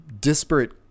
disparate